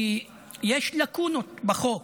כי יש לקונות בחוק,